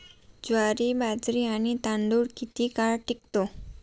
ज्वारी, बाजरी आणि तांदूळ किती काळ टिकतो?